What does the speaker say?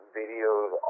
videos